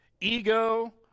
Ego